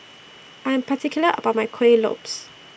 I Am particular about My Kuih Lopes